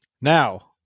Now